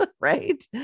Right